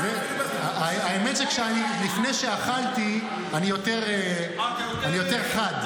האמת היא שלפני שאכלתי אני יותר חד.